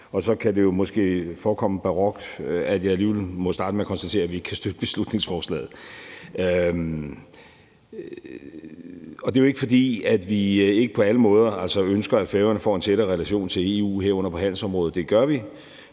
og så kan det jo måske forekomme barokt, at jeg alligevel må starte med at konstatere, at vi ikke kan støtte beslutningsforslaget. Det er jo ikke, fordi vi ikke på alle måder ønsker, at Færøerne får en tættere relation til EU, herunder på handelsområdet, for det gør vi.